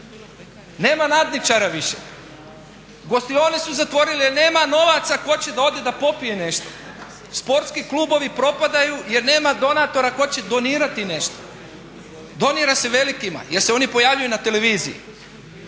Nema nadničara više, gostione su zatvorili jer nema novaca tko će piti nešto. sportski klubovi propadaju jer nema donatora tko će donirati nešto, donira se velikima jer se oni pojavljuju na televiziji.